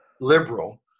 liberal